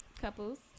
couples